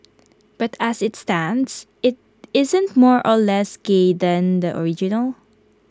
but as IT stands IT isn't more or less gay than the original